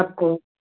हाँ